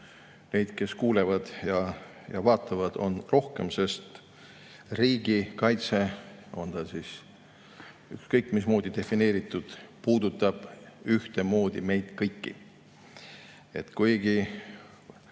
neid, kes kuulevad ja vaatavad, on rohkem, sest riigikaitse, on ta siis ükskõik mismoodi defineeritud, puudutab ühtemoodi meid kõiki.